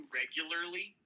regularly